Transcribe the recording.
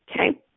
Okay